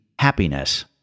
happiness